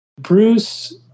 Bruce